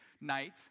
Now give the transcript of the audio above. night